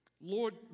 Lord